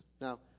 Now